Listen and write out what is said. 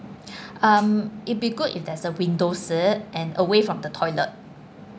um it'd be good if there's a window seat and away from the toilet